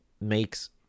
makes